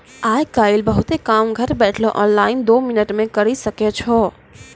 आय काइल बहुते काम घर बैठलो ऑनलाइन दो मिनट मे करी सकै छो